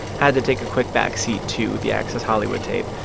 had to take a quick backseat to the access hollywood tape.